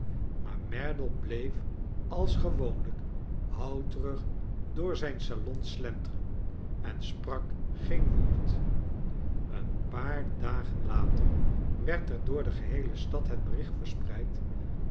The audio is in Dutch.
maar merdle bleef als gewoonlijk houterig door zijn salons slenteren en sprak geen woord een paar dagen later werd er door de geheele stad het bericht